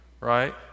Right